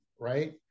Right